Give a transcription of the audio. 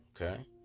okay